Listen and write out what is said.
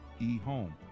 ehome